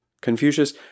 Confucius